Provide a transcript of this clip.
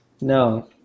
No